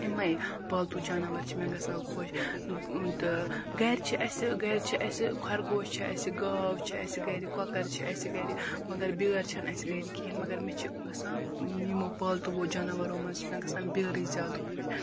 یِمَے پالتوٗ جاناوَر چھِ مےٚ گژھان خۄش تہٕ گَرِ چھِ اَسہِ گَرِ چھِ اَسہِ خرگوش چھِ اَسہِ گاو چھِ اَسہِ گَرِ کۄکَر چھِ اَسہِ گَرِ مگر بیٛٲر چھَنہٕ اَسہِ گَرِ کِہیٖنۍ مگر مےٚ چھِ گژھان یِمو پالتوٗوو جاناوارو منٛز چھِ مےٚ گژھان بیٛٲرٕے زیادٕ خۄش